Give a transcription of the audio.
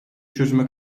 çözüme